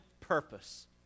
purpose